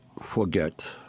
forget